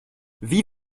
wie